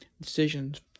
decisions